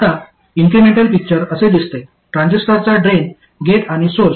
आता incremental picture असे दिसते ट्रान्झिस्टरचा ड्रेन गेट आणि सोर्स